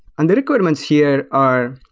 and the requirements here are,